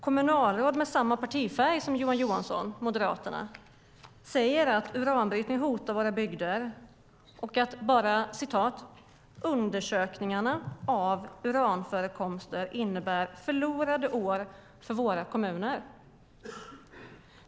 Kommunalråd med samma partifärg som Johan Johansson - Moderaterna - säger att uranbrytning hotar våra bygder och att bara undersökningarna av uranförekomster innebär förlorade år för våra kommuner.